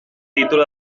título